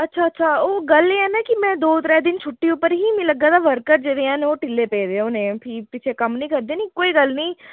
अच्छा अच्छा ओह् गल्ल एह् ऐ ना कि में दौ त्रै दिन छुट्टी उप्पर ही ते मिगी लग्गा दा वर्कर जेह्ड़े हैन ओह् ढिल्ले पेदे होने न फ्ही पिच्छें कम्म निं करदे निं कोई गल्ल निं